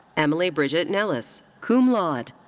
emily bridget nelis, cum laude.